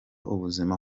ubuzima